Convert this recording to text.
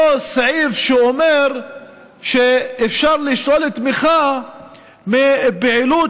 אותו סעיף שאומר שאפשר לשלול תמיכה מפעילות